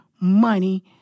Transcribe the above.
money